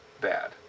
bad